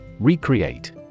Recreate